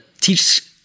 teach